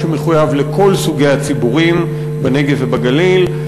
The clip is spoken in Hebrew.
שמחויב לכל סוגי הציבורים בנגב ובגליל.